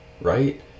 right